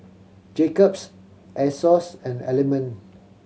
Jacob's Asos and Element